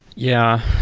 yeah.